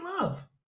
love